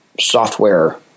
software